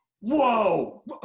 Whoa